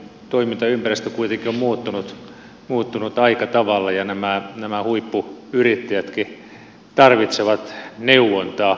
toimintaympäristö kuitenkin on muuttunut aika tavalla ja nämä huippuyrittäjätkin tarvitsevat neuvontaa